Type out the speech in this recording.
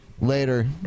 Later